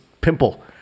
pimple